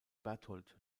bertold